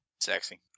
Sexy